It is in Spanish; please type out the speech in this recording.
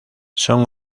son